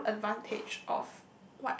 full advantage of